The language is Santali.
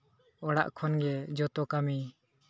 ᱚᱲᱟᱜ ᱠᱷᱚᱱ ᱜᱮ ᱡᱚᱛᱚ ᱠᱟᱹᱢᱤ